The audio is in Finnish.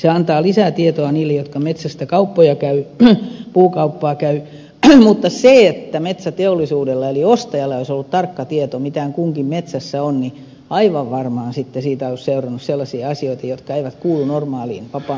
se antaa lisää tietoa niille jotka metsästä puukauppoja käyvät mutta siitä että metsäteollisuudella eli ostajalla olisi ollut tarkka tieto mitä kunkin metsässä on aivan varmaan olisi seurannut sellaisia asioita jotka eivät kuulu normaaliin vapaaseen kauppajärjestelmään